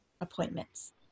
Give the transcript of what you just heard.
appointments